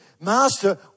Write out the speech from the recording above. Master